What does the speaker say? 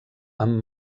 amb